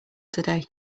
today